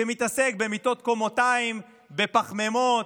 שמתעסק במיטות קומתיים, בפחמימות,